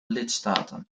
lidstaten